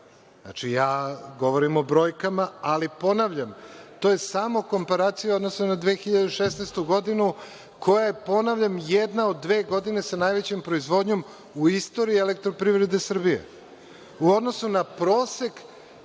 Znači, ja govorim o brojkama, ali, ponavljam, to je samo komparacija u odnosu na 2016. godinu koja je, ponavljam, jedna od dve godine sa najvećom proizvodnjom u istoriji „Elektroprivrede Srbije“. U odnosu na prosek